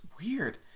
weird